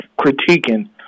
critiquing